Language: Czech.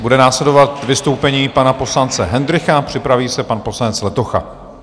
Bude následovat vystoupení pana poslance Hendrycha, připraví se pan poslanec Letocha.